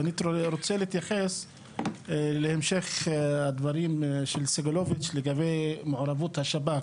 ואני רוצה להמשך הדברים של סגלוביץ' לגבי מעורבות השב"כ.